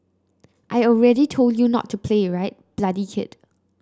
I already told you not to play right bloody kid